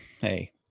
Hey